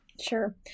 Sure